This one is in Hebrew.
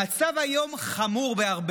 אני בעצמי הייתי פעם סטודנט בקמפוס בקנדה,